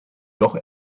doch